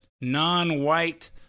non-white